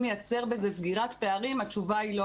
לייצר סגירת פערים בזה התשובה היא: לא.